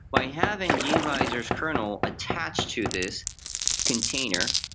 by having gvisor s kernel attached to this container.